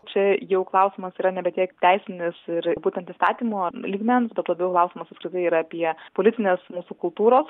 čia jau klausimas yra nebe tiek teisinis ir būtent įstatymo lygmens bet labiau klausimus apskritai yra apie politinės kultūros